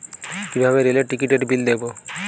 কিভাবে রেলের টিকিটের বিল দেবো?